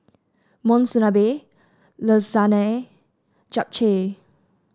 Monsunabe Lasagne Japchae